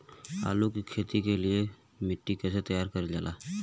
आलू की खेती के लिए मिट्टी कैसे तैयार करें जाला?